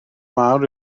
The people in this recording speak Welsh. mawr